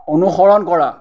অনুসৰণ কৰা